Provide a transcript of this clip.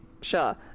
sure